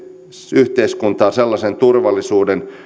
yhteiskuntaan sellaisen turvallisuuden